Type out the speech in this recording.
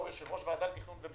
מה עשה משרד הדתות